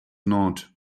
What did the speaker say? not